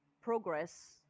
progress